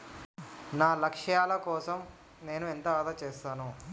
నా లక్ష్యాల కోసం నేను ఎంత ఆదా చేస్తాను?